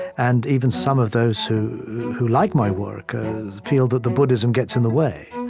and even some of those who who like my work feel that the buddhism gets in the way.